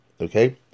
Okay